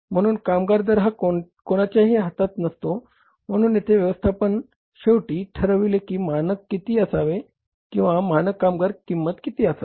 म्हणून कामगार दर हा कोणाच्याही हातात नसतो म्हणून येथे व्यवस्थापन शेवटी ठरवेल की मानक किती असावे किंवा मानक कामगार किंमत किती असावी